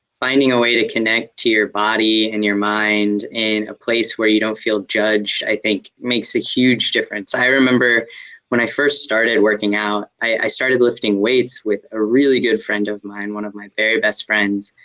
finding a way to connect to your body and your mind in a place where you don't feel judged i think makes a huge difference. i remember when i first started working out, i started lifting weights with a really good friend of mine, one of my very best friends.